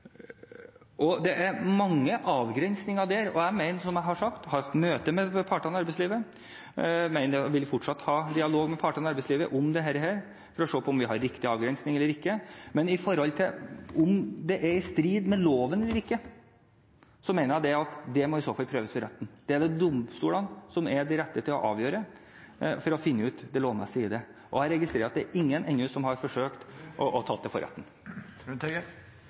regimet. Det er mange avgrensninger der, og som jeg har sagt, har jeg hatt et møte med partene i arbeidslivet, og jeg vil fortsatt ha en dialog med partene i arbeidslivet om dette for å se om vi har en riktig avgrensning eller ikke. Men når det gjelder hvorvidt det er i strid med loven eller ikke, mener jeg at det må i så fall prøves for retten. Det er domstolene som er de rette til å avgjøre det, for å finne ut det lovmessige i det. Jeg registrerer at det er ingen som ennå har forsøkt å ta det for retten. Det er flere som har tatt saken til